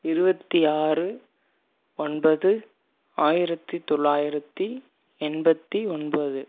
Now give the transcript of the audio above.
இருபத்தி ஆறு ஒன்பது ஆயிரத்தி தொள்ளாயிரத்தி எண்பத்தி ஒன்பது